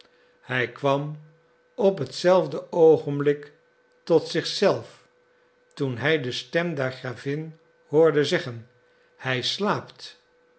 hij kwam op hetzelfde oogenblik tot zich zelf toen hij de stem der gravin hoorde zeggen hij slaapt